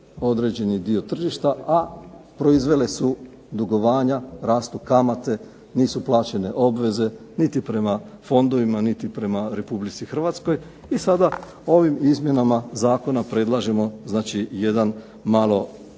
određeni dio tržišta, a proizvele su dugovanja, rastu kamate, nisu plaćene obveze niti prema fondovima niti prema Republici Hrvatskoj. I sada ovim izmjenama zakona predlažemo znači jedan malo